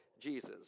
Jesus